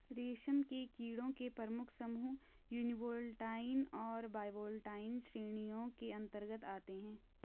रेशम के कीड़ों के प्रमुख समूह यूनिवोल्टाइन और बाइवोल्टाइन श्रेणियों के अंतर्गत आते हैं